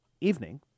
evening